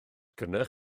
gennych